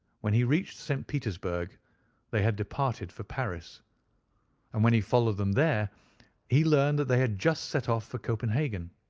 when he reached st. petersburg they had departed for paris and when he followed them there he learned that they had just set off for copenhagen.